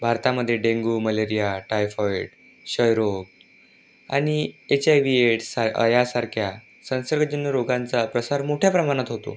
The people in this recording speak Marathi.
भारतामध्ये डेंगू मलेरिया टायफॉईड क्षयरोग आणि एच आय व्ही एड्स सा यासारख्या संसर्गजन्य रोगांचा प्रसार मोठ्या प्रमाणात होतो